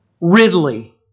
Ridley